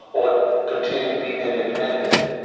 or continue to be independent,